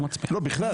תדעו